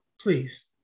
please